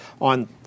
on